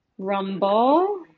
rumble